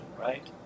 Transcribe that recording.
right